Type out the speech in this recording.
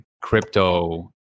crypto